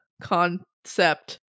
concept